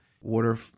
Water